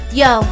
yo